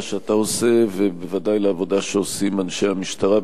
שאתה עושה ובוודאי לעבודה שעושים אנשי המשטרה,